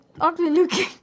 ugly-looking